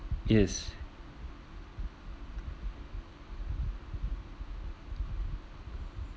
yes